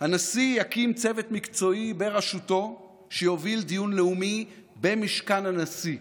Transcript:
הנשיא יקים צוות מקצועי בראשותו שיוביל דיון לאומי במשכן הנשיא,